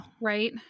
right